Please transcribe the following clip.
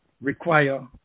require